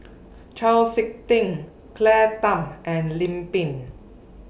Chau Sik Ting Claire Tham and Lim Pin